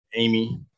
Amy